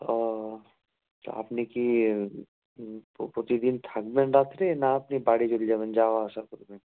ও তো আপনি কি প্রতিদিন থাকবেন রাত্রে না আপনি বাড়ি চলে যাবেন যাওয়া আসা করবেন